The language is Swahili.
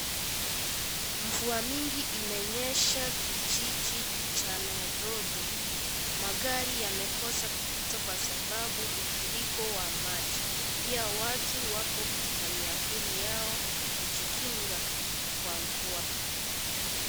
Mvua mingi imenyesha kijiji cha Nairobi, magari yamekosa kupita kwa sababu mfuriko wa maji pia watu wako na miavuli yao kujikinga kwa mvua.